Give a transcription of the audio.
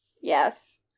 Yes